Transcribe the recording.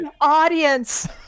audience